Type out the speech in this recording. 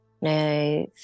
No